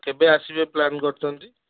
କେବେ ଆସିବେ ପ୍ଲାନ୍ କରିଛନ୍ତି